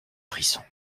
frissons